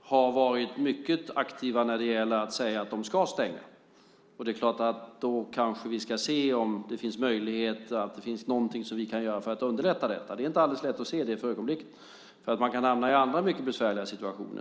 har varit mycket aktiva när det gäller att säga att de ska stänga. Då kanske vi ska se om det finns någonting som vi kan göra för att underlätta detta. Det är inte alldeles lätt att se det för ögonblicket. Man kan hamna i andra mycket besvärliga situationer.